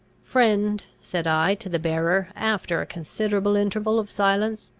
friend, said i to the bearer, after a considerable interval of silence,